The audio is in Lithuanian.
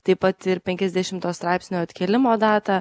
taip pat ir penkiasdešimto straipsnio atkėlimo datą